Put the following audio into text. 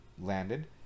landed